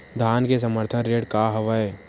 धान के समर्थन रेट का हवाय?